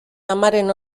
amaren